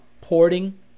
porting